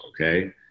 okay